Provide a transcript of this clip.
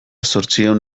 zortziehun